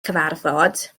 cyfarfod